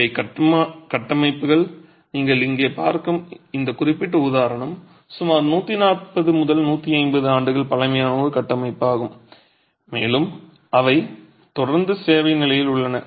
இவை கட்டமைப்புகள் நீங்கள் இங்கே பார்க்கும் இந்த குறிப்பிட்ட உதாரணம் சுமார் 140 150 ஆண்டுகள் பழமையான ஒரு கட்டமைப்பாகும் மேலும் அவை தொடர்ந்து சேவை நிலையில் உள்ளன